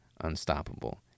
unstoppable